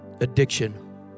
addiction